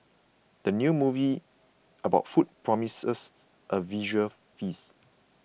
the new movie about food promises a visual feast